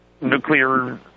nuclear